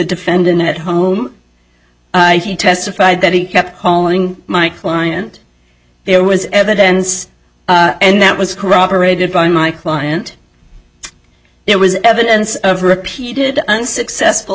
defendant at home he testified that he kept calling my client there was evidence and that was corroborated by my client it was evidence of repeated unsuccessful